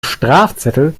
strafzettel